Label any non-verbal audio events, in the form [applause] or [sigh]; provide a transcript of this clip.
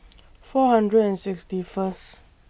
[noise] four hundred and sixty First